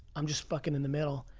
i'm just fucking in the middle.